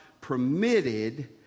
permitted